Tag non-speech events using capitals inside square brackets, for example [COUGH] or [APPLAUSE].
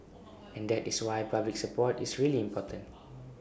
[NOISE] and that is why public support is really important